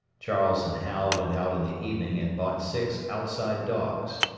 charles and hal went out in the evening and bought six outside dogs.